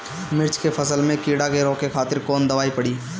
मिर्च के फसल में कीड़ा के रोके खातिर कौन दवाई पड़ी?